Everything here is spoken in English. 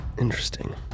Interesting